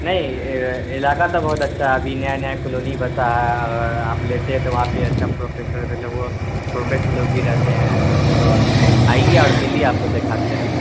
نہیں علاقہ تو بہت اچھا ابھی نیا نیا کالونی بسا ہے اور آپ لیتے ہیں تو وہاں پہ اچھا پروفیسر ولو وہ پروفیسر لوگ بھی رہتے ہیں آئیے اور ملیے آپ کو دکھاتے ہیں